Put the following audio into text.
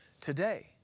today